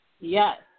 Yes